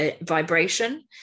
vibration